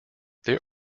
there